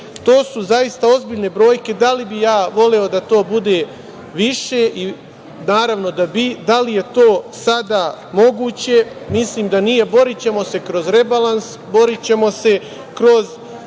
To su zaista ozbiljne brojke. Da li bih ja voleo da to bude više? Naravno da bih. Da li je to sada moguće? Mislim da nije. Borićemo se kroz rebalans, borićemo se kroz